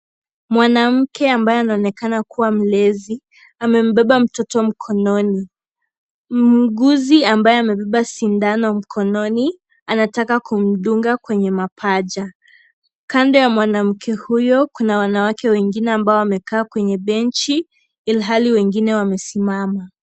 Mwanamke ambaye anaonekana kuwa mlezi amembeba mtoto mkononi , muuguzi ambaye amebeba sindano mkononi anataka kumdunga kwenye mapaja ,Kando ya mwanamke huyu kuna wanawake wengine wamekaa Kwenye benji ilhali wengine wamesimama .